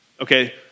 okay